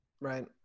Right